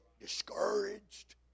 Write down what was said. discouraged